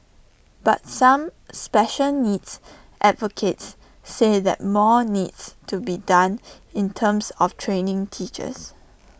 but some special needs advocates say that more needs to be done in terms of training teachers